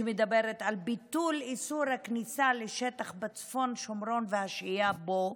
שמדברת על ביטול איסור הכניסה לשטח בצפון השומרון והשהייה בו,